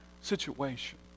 situation